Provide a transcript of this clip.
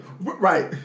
Right